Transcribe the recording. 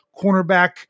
cornerback